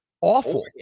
awful